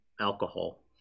alcohol